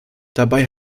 dabei